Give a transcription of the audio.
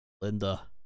Linda